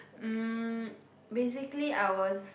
um basically I was